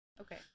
Okay